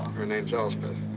her name's elspeth.